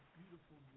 beautiful